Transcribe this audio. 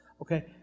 Okay